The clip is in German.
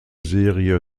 serie